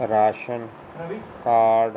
ration card